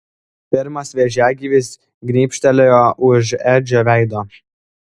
pirmas vėžiagyvis grybštelėjo už edžio veido